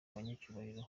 banyacyubahiro